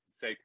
say